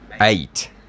Eight